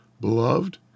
Beloved